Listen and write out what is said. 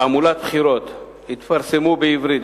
יתפרסמו בעברית,